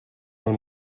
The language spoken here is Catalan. del